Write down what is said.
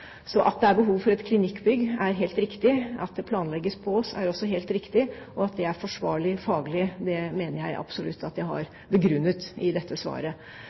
At det er behov for et klinikkbygg, er helt riktig. At det planlegges på Ås, er også helt riktig, og at det er faglig forsvarlig, mener jeg at jeg absolutt har begrunnet i dette svaret.